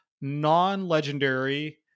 non-legendary